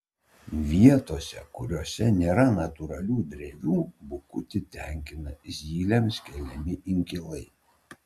vietose kuriose nėra natūralių drevių bukutį tenkina zylėms keliami inkilai